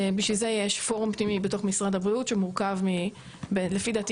בשביל זה יש פורום פנימי בתוך משרד הבריאות שמורכב לפי דעתי